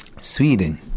Sweden